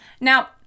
Now